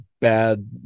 bad